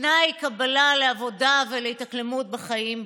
תנאי קבלה לעבודה ולהתאקלמות בחיים בכלל,